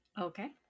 Okay